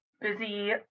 busy